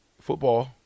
football